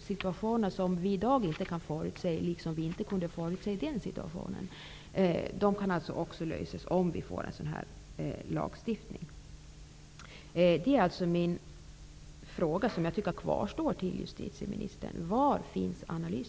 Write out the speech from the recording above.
Situationer som vi i förväg inte kan förutse -- liksom vi den gången inte kunde -- kan vi hantera om vi får en sådan lagstiftning. Jag tycker alltså att följande fråga till justitieministern kvarstår: Var finns analysen?